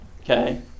Okay